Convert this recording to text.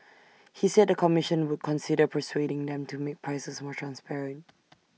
he said the commission would consider persuading them to make prices more transparent